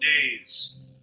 days